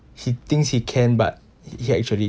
he thinks he can but he actually